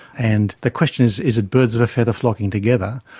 and the question is is it birds of a feather flocking together,